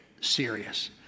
serious